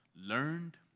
learned